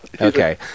Okay